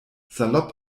salopp